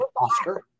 Oscar